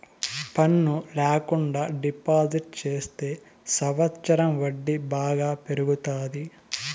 పన్ను ల్యాకుండా డిపాజిట్ చెత్తే సంవచ్చరం వడ్డీ బాగా పెరుగుతాది